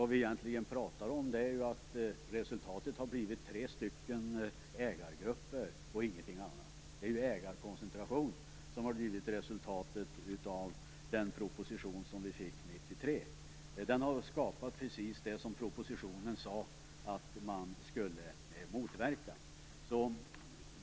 Resultatet har i stället blivit tre ägargrupper, ingenting annat. Resultatet av den proposition som vi fick 1993 har blivit ägarkoncentration, precis det som man i propositionen angav att man skulle motverka.